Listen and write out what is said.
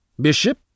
Bishop